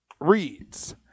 reads